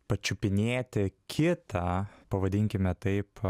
pačiupinėti kitą pavadinkime taip